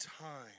time